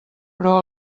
però